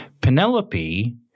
Penelope